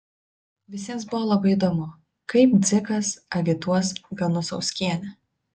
visiems buvo labai įdomu kaip dzikas agituos ganusauskienę